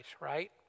right